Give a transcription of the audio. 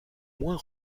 moins